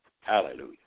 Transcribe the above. Hallelujah